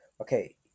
Okay